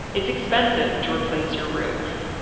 it's expensive to replace your roof.